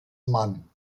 mann